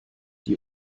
die